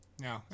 No